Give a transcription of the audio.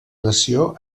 nació